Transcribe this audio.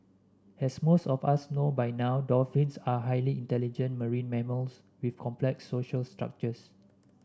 as most of us know by now dolphins are highly intelligent marine mammals with complex social structures